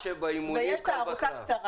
קשה באימונים, קל בקרב.